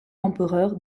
empereur